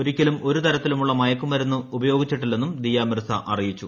ഒരിക്കലും ഒരു തരത്തിലുമുള്ള മയക്കുമരുന്നും ഉപയോഗിച്ചിട്ടില്ലെന്നും ദിയ മിർസ അറിയിച്ചു